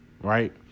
right